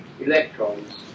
electrons